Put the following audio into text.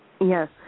Yes